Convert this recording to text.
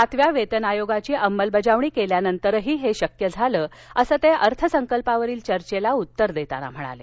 सातव्या वेतन आयोगाघी अंमलबजावणी केल्यानंतरही हे शक्य झालं असं ते अर्थसंकल्पावरील चर्चेला उत्तर देताना म्हणाले